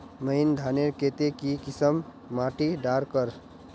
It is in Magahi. महीन धानेर केते की किसम माटी डार कर?